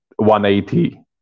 180